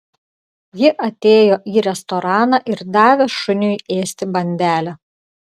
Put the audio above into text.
ji atėjo į restoraną ir davė šuniui ėsti bandelę